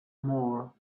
more